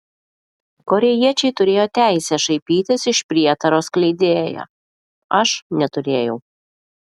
korėjiečiai turėjo teisę šaipytis iš prietaro skleidėjo aš neturėjau